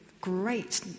great